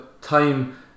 time